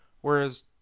whereas